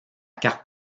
carte